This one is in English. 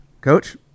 Coach